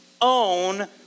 own